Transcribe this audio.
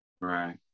Right